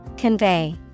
Convey